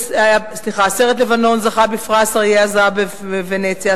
הסרט "לבנון" זכה בפרס "אריה הזהב" בוונציה,